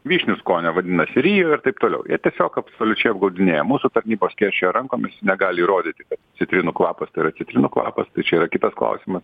vyšnių skonio vadinasi rijo ir taip toliau jie tiesiog absoliučiai apgaudinėja mūsų tarnybos skėsčioja rankomis negali įrodyti kad citrinų kvapas tai yra citrinų kvapas tai čia yra kitas klausimas